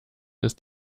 ist